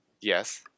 Yes